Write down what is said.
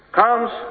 comes